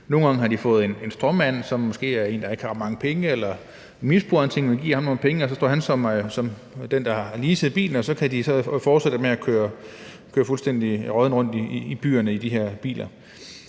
Nogle gange har de fået en stråmand, som måske er en, der ikke har ret mange penge, eller en misbruger, som de giver nogle penge, til at stå som den, der har leaset bilen, og så kan de fortsætte med at køre fuldstændig råddent rundt i byerne i de her biler.